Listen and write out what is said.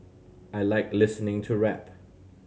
I like listening to rap